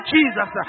Jesus